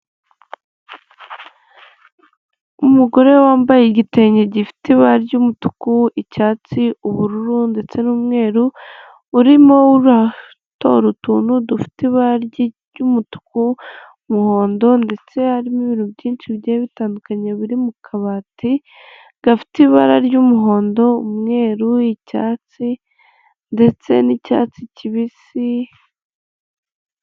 Umugore wambaye igitenge gifite ibara ry'umutuku, icyatsi, ubururu ndetse n'umweru, urimo uratora utuntu dufite ibara ry'umutuku, umuhondo ndetse harimo ibintu byinshi bigiye bitandukanye biri mu kabati, gafite ibara ry'umuhondo, umweru, icyatsi ndetse n'icyatsi kibisi.